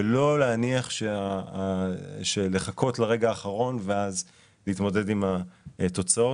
לא לחכות לרגע האחרון ואז להתמודד עם התוצאות.